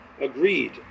Agreed